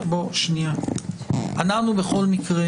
אנחנו בכל מקרה